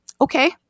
okay